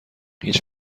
هیچ